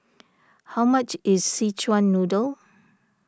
how much is Szechuan Noodle